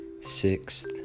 sixth